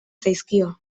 zaizkio